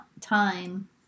time